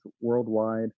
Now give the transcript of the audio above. worldwide